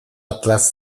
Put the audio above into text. atlas